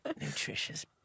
nutritious